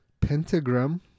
Pentagram